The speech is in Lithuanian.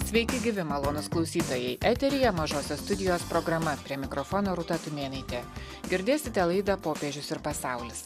sveiki gyvi malonūs klausytojai eteryje mažosios studijos programa prie mikrofono rūta tumėnaitė girdėsite laida popiežius ir pasaulis